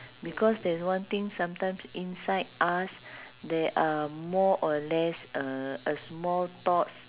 because there's one thing sometimes inside us there are more or less uh a small thoughts